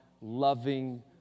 loving